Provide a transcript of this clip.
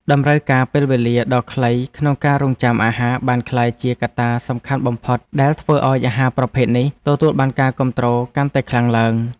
តម្រូវការពេលវេលាដ៏ខ្លីក្នុងការរង់ចាំអាហារបានក្លាយជាកត្តាសំខាន់បំផុតដែលធ្វើឲ្យអាហារប្រភេទនេះទទួលបានការគាំទ្រកាន់តែខ្លាំងឡើង។